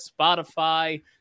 Spotify